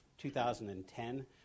2010 –